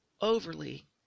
overly